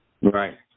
Right